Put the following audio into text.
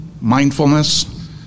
mindfulness